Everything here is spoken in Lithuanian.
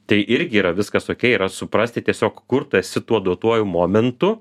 tai irgi yra viskas okei yra suprasti tiesiog kur tu esi tuo duotuoju momentu